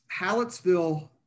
Hallettsville